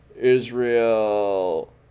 Israel